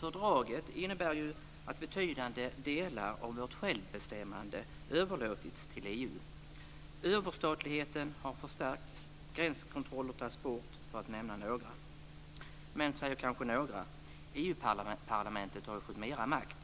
Fördraget innebär att betydande delar av vårt självbestämmande överlåtits till EU. Överstatligheten har förstärkts, gränskontroller tas bort - för att nämna några. Men, säger kanske några, EU-parlamentet har ju fått mera makt.